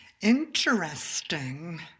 Interesting